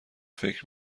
فکر